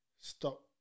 stop